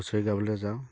হুঁচৰি গাবলৈ যাওঁ